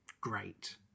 great